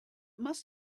must